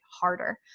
harder